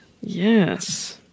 Yes